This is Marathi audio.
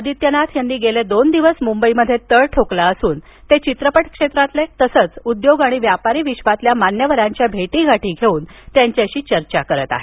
आदित्यनाथ यांनी गेले दोन दिवस मुंबईमध्ये तळ ठोकला असून ते चित्रपट क्षेत्रातील तसच उद्योग आणि व्यापारी विश्वातील मान्यवरांच्या भेटीगाठी घेऊन त्यांच्याशी चर्चा करित आहेत